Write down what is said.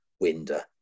Winder